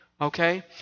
Okay